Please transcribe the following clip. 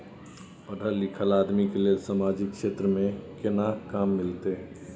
पढल लीखल आदमी के लेल सामाजिक क्षेत्र में केना काम मिलते?